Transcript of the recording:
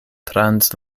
trans